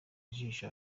ijisho